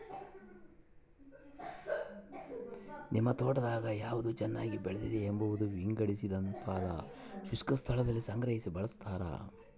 ನಿಮ್ ತೋಟದಾಗ ಯಾವ್ದು ಚೆನ್ನಾಗಿ ಬೆಳೆದಿದೆ ಎಂಬುದ ವಿಂಗಡಿಸಿತಂಪಾದ ಶುಷ್ಕ ಸ್ಥಳದಲ್ಲಿ ಸಂಗ್ರಹಿ ಬಳಸ್ತಾರ